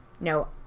no